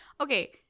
Okay